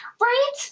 Right